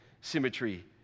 symmetry